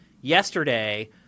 yesterday